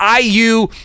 IU